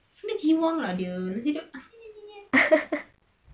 dia jiwang lah dia sebab